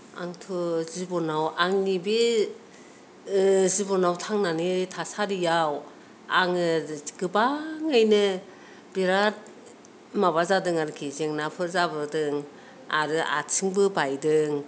आंथ' जिबनाव आंनि बे जिबनाव थांनानै थासारियाव आङो गोबाङैनो बिराद माबा जादों आरोखि जेंनाफोर जाबोदों आरो आथिंबो बायदों